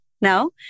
now